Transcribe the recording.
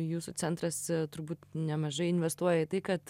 jūsų centras turbūt nemažai investuoja į tai kad